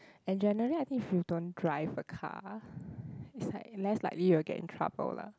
and generally I think if you don't drive a car is like less likely you will get in trouble lah